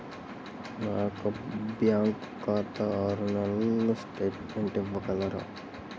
నా యొక్క బ్యాంకు ఖాతా ఆరు నెలల స్టేట్మెంట్ ఇవ్వగలరా?